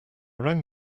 rang